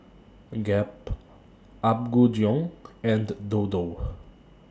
Gap Apgujeong and Dodo